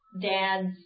dads